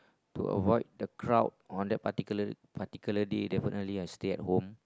to avoid the crowd on that particular particular day definitely I stay at home